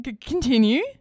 Continue